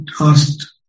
asked